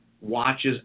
watches